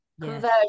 conversion